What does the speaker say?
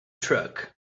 truck